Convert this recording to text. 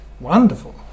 wonderful